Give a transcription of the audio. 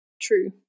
true